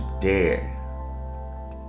dare